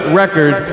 record